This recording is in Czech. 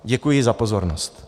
Děkuji za pozornost.